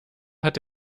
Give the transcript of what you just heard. hat